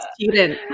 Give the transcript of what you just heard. student